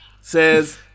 says